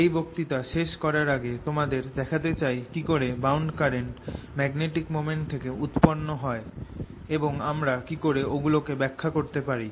এই বক্তৃতা শেষ করার আগে তোমাদের দেখাতে চাই কিকরে বাউন্ড কারেন্ট ম্যাগনেটিক মোমেন্ট থেকে উৎপন্ন হয় এবং আমরা কিকরে ওগুলো কে ব্যাখ্যা করতে পারি